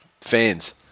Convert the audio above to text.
fans